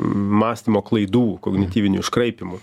mąstymo klaidų kognityvinių iškraipymų